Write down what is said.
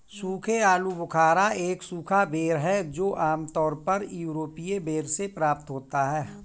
सूखे आलूबुखारा एक सूखा बेर है जो आमतौर पर यूरोपीय बेर से प्राप्त होता है